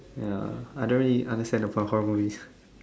ya I don't really understand the plot about horror movies